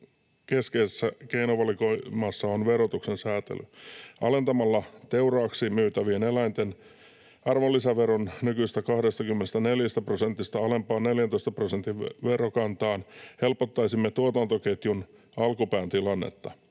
keskeisessä keinovalikoimassa on verotuksen säätely. Alentamalla teuraaksi myytävien eläinten arvonlisäveron nykyisestä 24 prosentista alempaan 14 prosentin verokantaan helpottaisimme tuotantoketjun alkupään tilannetta.